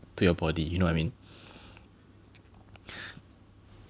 to your body you know what I mean